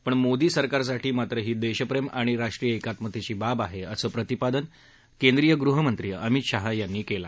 पण मोदी सरकारसाठी ही देशप्रेम आणि राष्ट्रीय एकात्मतेची बाब आहे असं प्रतिपादन केंद्रीय गृहमंत्री अमित शाह यांनी केलं